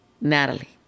Natalie